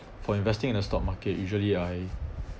for investing in the stock market usually I